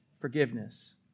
forgiveness